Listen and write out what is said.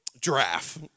Giraffe